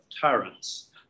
tyrants